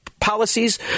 policies